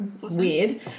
Weird